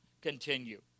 Continue